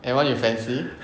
anyone you fancy